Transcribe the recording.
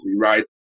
right